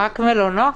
רק מלונות?